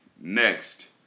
Next